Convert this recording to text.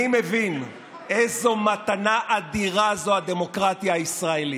אני מבין איזו מתנה אדירה זו הדמוקרטיה הישראלית,